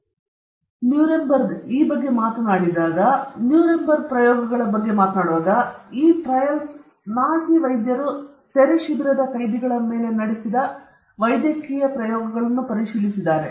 ಮತ್ತು ನಾವು ಬಗ್ಗೆ ಮಾತನಾಡಿದಾಗ ನ್ಯೂರೆಂಬರ್ಗ್ ನಾವು ಈಗಾಗಲೇ ಸೂಚಿಸಿದ ನ್ಯೂರೆಂಬರ್ಗ್ ಪ್ರಯೋಗಗಳ ಬಗ್ಗೆ ಮಾತನಾಡುವಾಗ ಈ ಟ್ರೇಲ್ಸ್ ನಾಜಿ ವೈದ್ಯರು ಸೆರೆಶಿಬಿರದ ಕೈದಿಗಳ ಮೇಲೆ ನಡೆಸಿದ ವೈದ್ಯಕೀಯ ಪ್ರಯೋಗಗಳನ್ನು ಪರಿಶೀಲಿಸಿದ್ದಾರೆ